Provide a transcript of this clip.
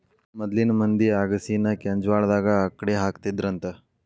ಮೊದ್ಲಿನ ಮಂದಿ ಅಗಸಿನಾ ಕೆಂಜ್ವಾಳದಾಗ ಅಕ್ಡಿಹಾಕತ್ತಿದ್ರಂತ